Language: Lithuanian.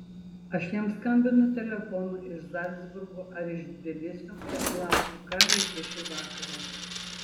aš jam skambinu telefonu iš zalcburgo ar iš tbilisio ir klausiu ką veiki šį vakarą